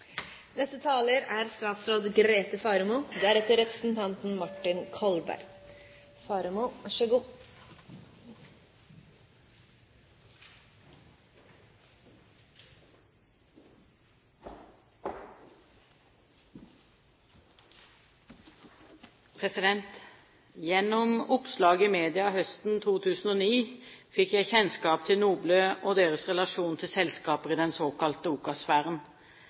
Gjennom oppslag i media høsten 2009 fikk jeg kjennskap til NOBLE og deres relasjon til selskaper i den såkalte